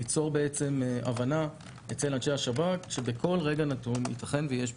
ליצור הבנה אצל אנשי השב"כ שבכל רגע נתון ייתכן ויש פיקוח.